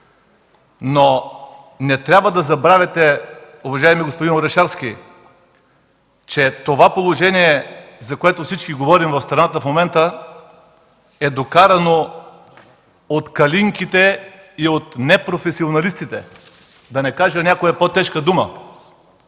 но не трябва да забравяте, уважаеми господин Орешарски, че това положение, за което всички говорим в страната, в момента, е докарано от „Калинките” и от непрофесионалистите, да не кажа някоя по-тежка дума.